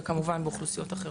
וכמובן באוכלוסיות אחרות.